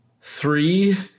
three